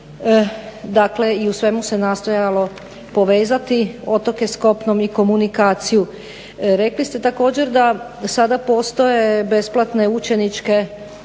dakle i u svemu se nastojalo povezati otoke s kopnom i komunikaciju. Rekli ste također da sada postoje besplatne učeničke